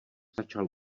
začal